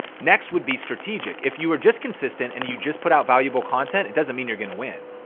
next would be strategic. if you are just consistent and you just put out valuable content it doesn't mean you're gonna win.